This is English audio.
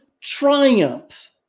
triumph